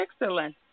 Excellent